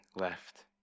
left